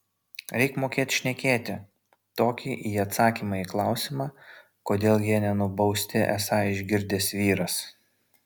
reik mokėt šnekėti tokį į atsakymą į klausimą kodėl jie nenubausti esą išgirdęs vyras